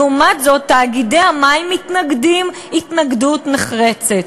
לעומת זאת, תאגידי המים מתנגדים התנגדות נחרצת.